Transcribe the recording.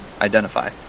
Identify